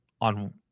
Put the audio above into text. on